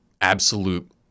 absolute